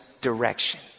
direction